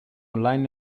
online